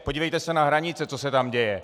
Podívejte se na hranice, co se tam děje.